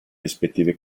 rispettive